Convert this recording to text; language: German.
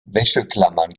wäscheklammern